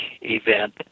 event